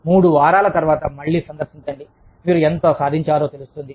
మూడు వారాల తరువాత మళ్ళీ సందర్శించండి మీరు ఎంత సాధించారో తెలుస్తుంది